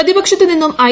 പ്രതിപക്ഷത്തുനിന്നും I